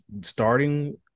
starting